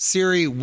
Siri